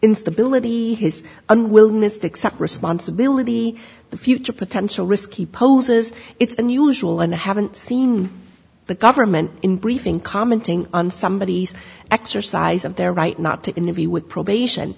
instability his unwillingness to accept responsibility the future potential risk he poses it's unusual and i haven't seen the government in briefing commenting on somebody's exercise of their right not to interview with probation